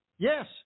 Yes